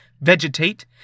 vegetate